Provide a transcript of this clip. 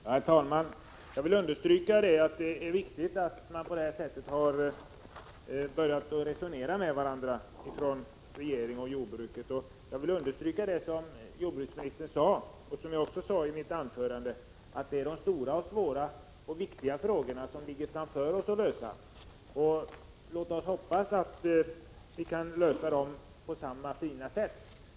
Herr talman! Jag vill understryka att det är viktigt att regeringen och jordbruket på detta sätt har börjat resonera med varandra. Jag vill understryka det som jordbruksministern sade, och som även jag sade i mitt anförande, nämligen att det är de stora, svåra och viktiga frågorna som ligger framför oss att lösa. Låt oss hoppas att vi kan lösa dem på samma fina sätt.